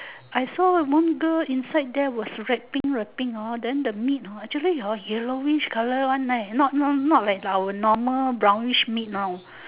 I saw a moon girl inside there was wrapping a thing hor then the meat actually hor yellowish colour one eh not not not like our normal brownish meat know